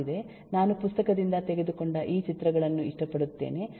ನಾನು ಪುಸ್ತಕದಿಂದ ತೆಗೆದುಕೊಂಡ ಈ ಚಿತ್ರಗಳನ್ನು ಇಷ್ಟಪಡುತ್ತೇನೆ